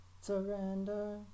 surrender